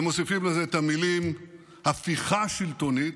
ומוסיפים לזה את המילים "הפיכה שלטונית".